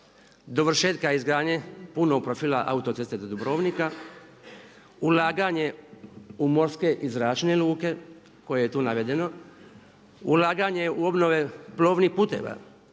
dovršetka izgradnje punog profila autoceste do Dubrovnika, ulaganje u morske i zračne luke koje je tu navedeno, ulaganje u obnove plovnih puteva